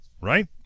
right